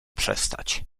przestać